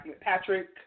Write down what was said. Patrick